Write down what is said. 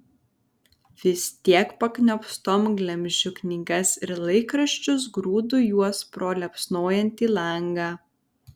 vis tiek pakniopstom glemžiu knygas ir laikraščius grūdu juos pro liepsnojantį langą